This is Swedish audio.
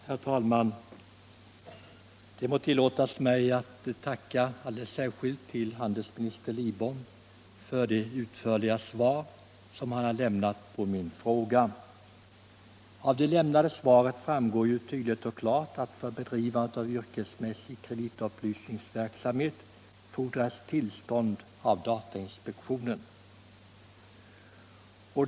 Herr talman! Det må tillåtas mig att alldeles särskilt tacka handelsminister Lidbom för det utförliga svar som han lämnat på min fråga. Av det lämnade svaret framgår tydligt och klart att för bedrivande av yrkesmässig kreditupplysningsverksamhet fordras tillstånd av datainspektionen.